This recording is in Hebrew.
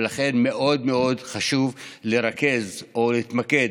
ולכן מאוד מאוד חשוב לרכז או להתמקד